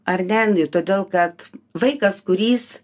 ar dendi todėl kad vaikas kuris